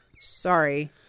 Sorry